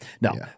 No